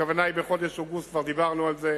הכוונה היא בחודש אוגוסט, כבר דיברנו על זה,